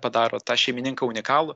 padaro tą šeimininką unikalų